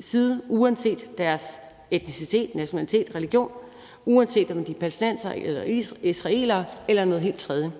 side, uanset deres etnicitet, nationalitet eller religion, uanset om de er palæstinensere eller israelere eller noget helt tredje.